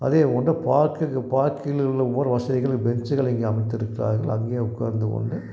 அதேப் போன்றுப் பார்க்கிற்குப் பார்க்கில் உள்ள வசதிகள் பெஞ்சுகள் இங்கே அமைத்திருக்கிறார்கள் அங்கே உட்கார்ந்து கொண்டு